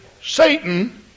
Satan